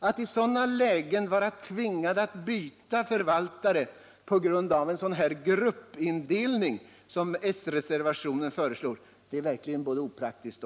Att i sådana lägen vara tvingad att byta förvaltare på grund av en sådan gruppindelning som föreslås i s-reservationen är verkligen opraktiskt.